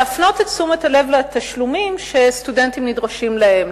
להפנות את תשומת הלב לתשלומים שסטודנטים נדרשים להם,